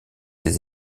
ses